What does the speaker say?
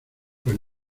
pues